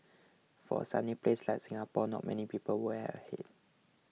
for a sunny place like Singapore not many people wear a hat